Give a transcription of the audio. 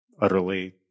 utterly